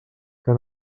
que